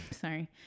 sorry